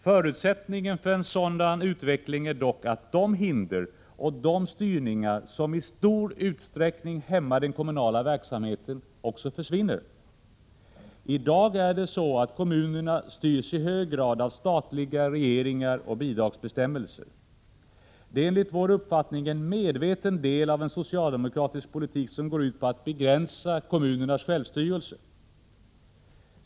Förutsättningen för en sådan utveckling är dock att de hinder och de styrningar som i stor utsträckning hämmar den kommunala verksamheten också försvinner. I dag styrs emellertid kommunerna i hög grad av statliga regleringar och bidragsbestämmelser. Det är enligt vår uppfattning en medveten del av en socialdemokratisk politik som går ut på att begränsa kommunernas självstyrelse.